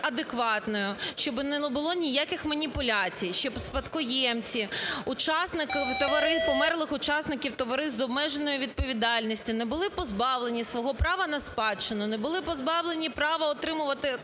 щоби не було ніяких маніпуляцій, щоби спадкоємці, учасники... померлих учасників товариств з обмеженою відповідальністю не були позбавлені свого права на спадщину, не були позбавлені права отримувати